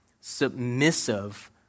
submissive